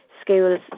schools